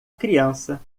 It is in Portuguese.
criança